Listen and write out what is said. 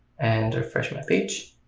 and refresh my page